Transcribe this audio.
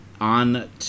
on